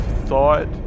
thought